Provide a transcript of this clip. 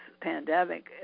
pandemic